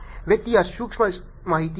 ವ್ಯಕ್ತಿಯ ಸೂಕ್ಷ್ಮ ಮಾಹಿತಿ